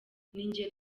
ninjye